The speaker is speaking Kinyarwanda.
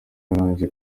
yarangije